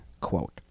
quote